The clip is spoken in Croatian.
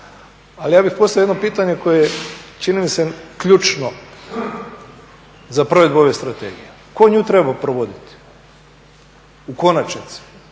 Ali ja bih postavio jedno pitanje koje je čini mi se ključno za provedbu ove strategije. Tko nju treba provoditi u konačnici?